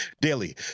daily